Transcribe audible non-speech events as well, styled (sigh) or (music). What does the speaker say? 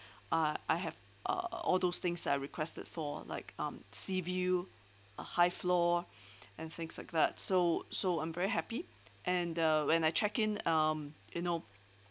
uh I have uh all those things I requested for like um sea view a high floor (breath) and things like that so so I'm very happy and uh when I check in um you know